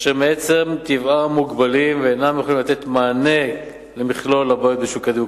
אשר מעצם טבעם מוגבלים ואינם יכולים לתת מענה למכלול הבעיות בשוק הדיור,